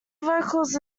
vocals